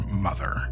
mother